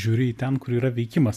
žiūri į ten kur yra veikimas